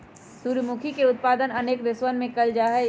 सूर्यमुखी के उत्पादन अनेक देशवन में कइल जाहई